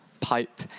pipe